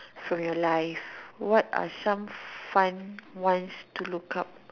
from your life what are some fun ones to look up